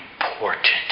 important